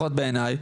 לפחות בעיני,